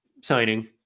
signing